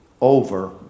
over